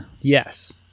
Yes